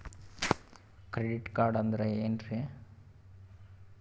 Credit card ಅಂದ್ರ ಏನ್ರೀ?